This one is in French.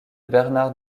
bernard